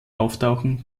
auftauchen